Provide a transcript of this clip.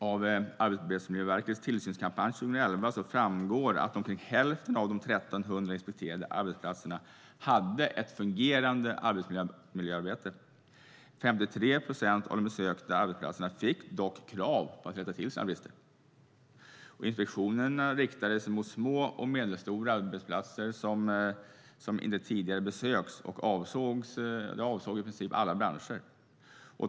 Av Arbetsmiljöverkets tillsynskampanj 2011 framgår att omkring hälften av de 1 300 inspekterade arbetsplatserna hade ett fungerande arbetsmiljöarbete. 53 procent av de besökta arbetsplatserna fick dock krav på sig att rätta till sina brister. Inspektionerna riktades mot små och medelstora arbetsplatser som inte tidigare besökts och avsåg i princip alla branscher.